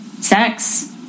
Sex